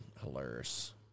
hilarious